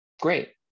great